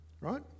right